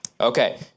Okay